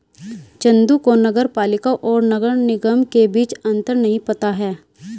चंदू को नगर पालिका और नगर निगम के बीच अंतर नहीं पता है